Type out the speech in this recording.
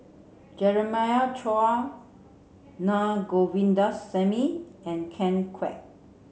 Jeremiah Choy Naa Govindasamy and Ken Kwek